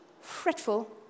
fretful